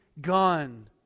gone